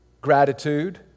Gratitude